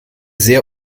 sehr